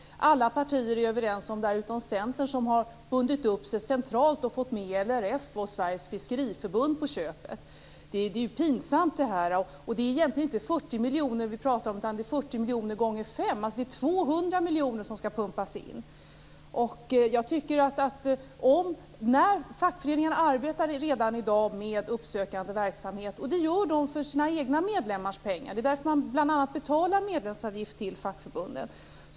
Alla partier är överens om detta, utom Centern som har bundit upp sig centralt och fått med LRF och till på köpet Sveriges fiskeriförbund. Detta är ju pinsamt. Det är ju egentligen inte 40 miljoner vi talar om utan om 40 miljoner gånger fem. Det är alltså 200 miljoner som skall pumpas in. Fackföreningarna arbetar redan i dag med uppsökande verksamhet, och det gör de för sina egna medlemmars pengar. Det är bl.a. därför som man betalar medlemsavgift till fackförbunden.